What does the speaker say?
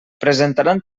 presentaran